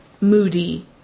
moody